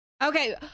okay